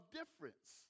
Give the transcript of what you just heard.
difference